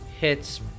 hits